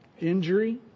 injury